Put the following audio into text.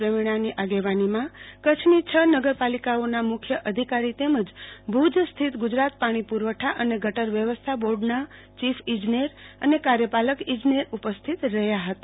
પ્રવિણાની આગેવાનીમાં કચ્છની છ નગરપાલિકાઓના મુખ્ય અધિકારી તેમજ ભુજ સ્થિત ગુજરાત પાણી પુ રવઠા અને ગટર વ્યવસ્થા બોર્ડના ચીફ ઈજનેર અને કાર્યપાલક ઈજનેર ઉપસ્થિત રહ્યા હતા